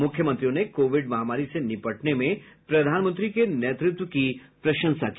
मुख्यमंत्रियों ने कोविड महामारी से निपटने में प्रधानमंत्री के नेतृत्व की प्रशंसा की